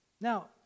Now